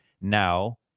now